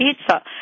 pizza